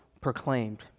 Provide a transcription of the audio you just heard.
proclaimed